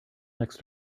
next